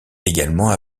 également